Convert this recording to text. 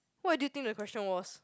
what do you think the question was